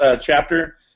chapter